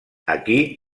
aquí